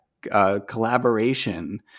collaboration